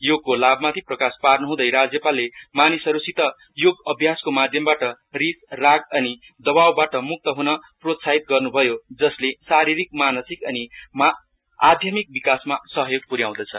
योगको लाभमाथि प्रकाश पार्नुहंदै राज्यपालले मानिसहरूसित योग अभ्यासको माद्यमबाट रिस राग असहाय अनि दवावबाट मुक्त ह्न प्रोत्साहित गर्नुभयो जसले शारिरिक मानसिक अनि आध्यात्मिक विकासमा सहयोग प्ग्दछ